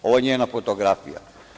Ovo je njena fotografija.